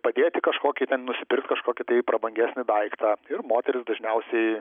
padėti kažkokį ten nusipirkt kažkokį tai prabangesnį daiktą ir moterys dažniausiai